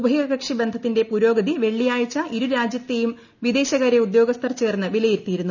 ഉഭയകക്ഷി ബന്ധത്തിന്റെ പുരോഗതി വെള്ളിയാഴ്ച ഇരുരാജ്യത്തെയും വിദേശകാര്യ ഉദ്യോസ്ഥർ ചേർന്ന് വിലയിരുത്തിയിരുന്നു